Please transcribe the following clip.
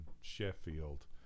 Sheffield